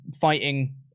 fighting